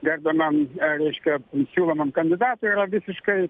gerbiamam reiškia siūlomam kandidatui yra visiškai